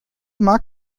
mag